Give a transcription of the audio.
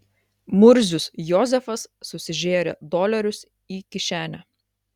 murzius jozefas susižėrė dolerius į kišenę